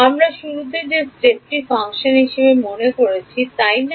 আমরা শুরুতে যে step ফাংশনটি দেখিয়েছি মনে আছে তাই না